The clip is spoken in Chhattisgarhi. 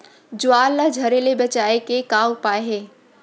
ज्वार ला झरे ले बचाए के का उपाय हे?